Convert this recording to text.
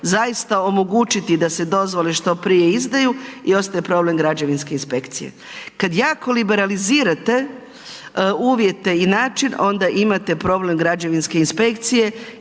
zaista omogućiti da se dozvole što prije izdaju i ostaje problem građevinske inspekcije. Kada jako liberalizirate uvjete i način onda imate problem građevinske inspekcije